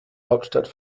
hauptstadt